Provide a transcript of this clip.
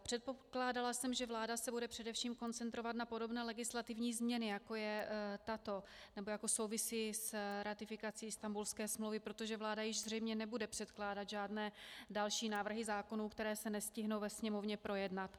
Předpokládala jsem, že vláda se bude především koncentrovat na podobné legislativní změny, jako je tato, nebo jako souvisí s ratifikací Istanbulské smlouvy, protože vláda již zřejmě nebude předkládat žádné další návrhy zákonů, které se nestihnou ve Sněmovně projednat.